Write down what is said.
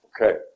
Okay